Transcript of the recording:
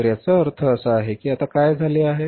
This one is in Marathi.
तर याचा अर्थ असा आहे की आता काय झाले आहे